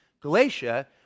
Galatia